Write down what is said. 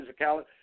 physicality